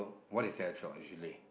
what is health shop usually